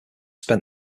spent